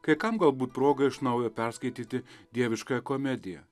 kai kam galbūt proga iš naujo perskaityti dieviškąją komediją